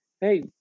Hey